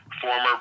former